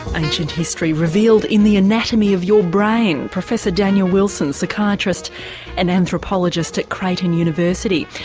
ancient history revealed in the anatomy of your brain. professor daniel wilson, psychiatrist and anthropologist at creighton university.